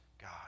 God